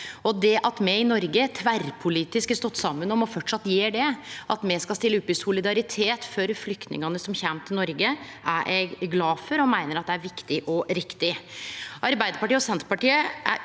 Det at me i Noreg tverrpolitisk har stått saman om at me framleis skal stille opp i solidaritet med flyktningane som kjem til Noreg, er eg glad for. Eg meiner at det er viktig og riktig. Arbeidarpartiet og Senterpartiet er